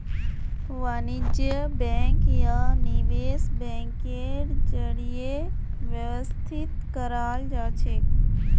वाणिज्य बैंक या निवेश बैंकेर जरीए व्यवस्थित कराल जाछेक